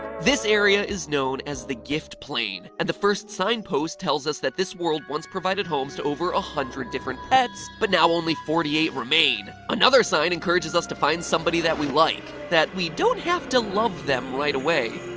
this area is known as the gift plane, and the first signpost tells us that this world once provided homes to over a hundred different pets. but now only forty eight remain. another sign encourages us to find somebody that we like, that we don't have to love them right away.